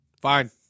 fine